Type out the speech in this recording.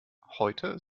heute